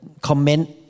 comment